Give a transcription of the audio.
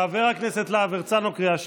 חבר הכנסת להב הרצנו, קריאה שנייה.